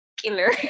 killer